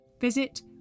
Visit